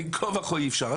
בין כה וכה אי אפשר.